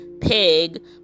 pig